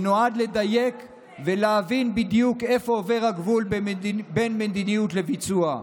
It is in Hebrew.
שנועד לדייק ולהבין בדיוק איפה עובר הגבול בין מדיניות לביצוע,